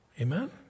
Amen